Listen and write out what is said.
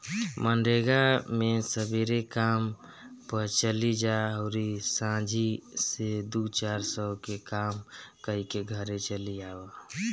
मनरेगा मे सबेरे काम पअ चली जा अउरी सांझी से दू चार सौ के काम कईके घरे चली आवअ